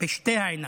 בשתי עיניים.